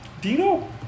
Dino